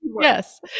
yes